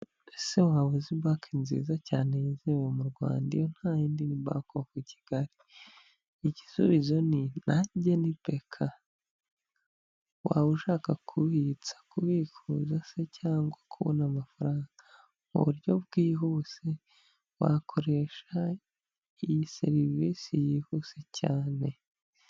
Ese waba uzi banki nziza cyane yizewe mu Rwanda! Iyo ntayindi bank of kigali, igisubizo ni "nanjye ni beka" waba ushaka kubitsa, kubikuza se cyangwa kubona amafaranga mu buryo bwihuse wakoresha iyi serivisi yihuse cyane.